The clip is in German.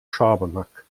schabernack